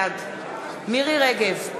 בעד מירי רגב,